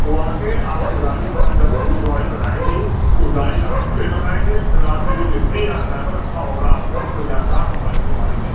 वह आकर आपकी गाड़ी मतलब जब वह जो जो गाड़ी बताएँगी उस गाड़ी का हम रेट बताएँगे फिर वह आदमी जो मिस्त्री या ड्राइवर अच्छा होगा आपका जो कोई जानकार हो गाड़ी के बारे में